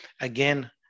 again